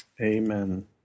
Amen